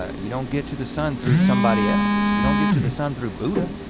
you don't get to the son through somebody else. you don't get to the son through buddha,